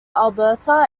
alberta